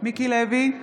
מיקי לוי,